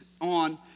on